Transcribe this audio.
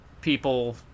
people